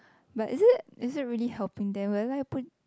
but is it is it really helping them will I put